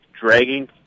dragging